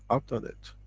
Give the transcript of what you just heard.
i've done it.